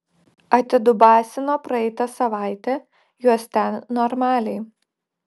atidubasino praeitą savaitę juos ten normaliai